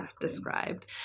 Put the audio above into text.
described